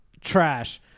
trash